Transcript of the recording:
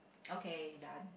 okay done